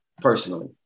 personally